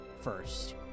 first